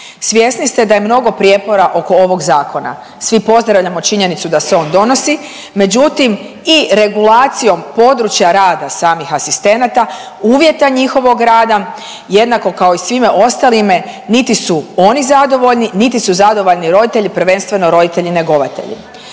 Svjesni ste da je mnogo prijepora oko ovog zakona. Svi pozdravljamo činjenicu da se on donosi, međutim i regulacijom područja rada samih asistenata, uvjeta njihovog rada jednako kao i svime ostalime niti su oni zadovoljni, niti su zadovoljni roditelji prvenstveno roditelji njegovatelji.